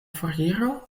foriro